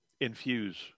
infuse